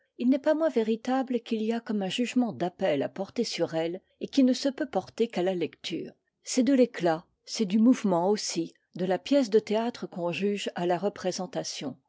il n'est pas moins véritable qu'il y a comme un jugement d'appel à porter sur elle et qui ne se peut porter qu'à la lecture c'est de l'éclat c'est du mouvement aussi de la pièce de théâtre qu'on juge à la représentation